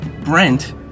Brent